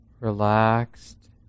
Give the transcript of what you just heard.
relaxed